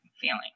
feeling